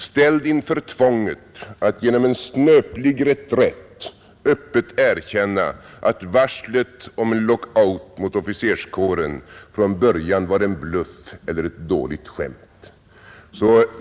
Ställd inför tvånget att genom en snöplig reträtt öppet erkänna att varslet om en lockout mot officerskåren från början var en bluff eller ett dåligt skämt